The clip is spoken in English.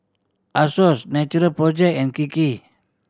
Asos Natural Project and Kiki